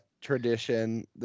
tradition